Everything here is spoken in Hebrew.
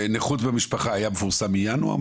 נכות ומשפחה היה מפורסם מינואר?